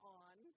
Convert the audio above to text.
on